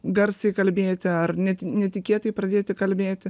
garsiai kalbėti ar net netikėtai pradėti kalbėti